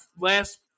Last